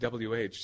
WH